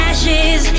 Ashes